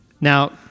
Now